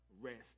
rest